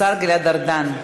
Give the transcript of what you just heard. השר גלעד ארדן,